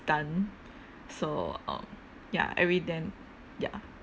stun so um ya every then ya